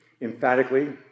emphatically